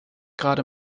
gerade